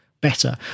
better